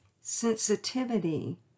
sensitivity